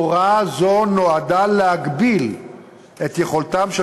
הוראה זו נועדה להגביל את יכולתם של